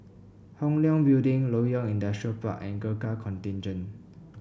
Hong Leong Building Loyang Industrial Park and Gurkha Contingent